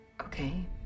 Okay